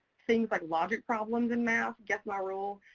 things like logic problems in math, guess my rule,